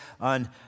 on